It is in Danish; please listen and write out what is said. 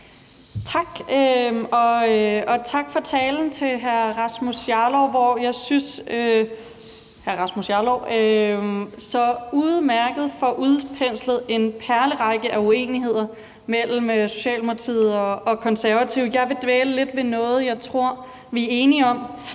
hvor jeg synes hr. Rasmus Jarlov så udmærket får udpenslet en perlerække af uenigheder mellem Socialdemokratiet og Konservative. Jeg vil dvæle lidt ved noget, jeg tror vi er enige om.